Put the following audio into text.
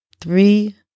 three